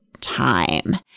time